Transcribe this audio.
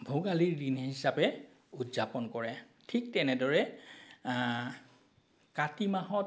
ভোগালীৰ দিন হিচাপে উদযাপন কৰে ঠিক তেনেদৰে কাতি মাহত